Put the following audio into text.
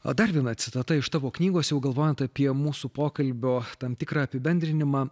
o dar viena citata iš tavo knygos jau galvojant apie mūsų pokalbio tam tikrą apibendrinimą